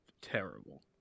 terrible